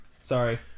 sorry